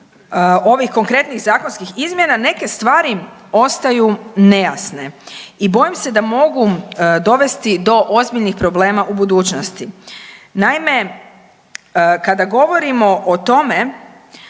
ovih konkretnijih zakonskih izmjena neke stvari ostaju nejasne i bojim se da mogu dovesti do ozbiljnih problema u budućnosti. Naime, kada govorimo o tome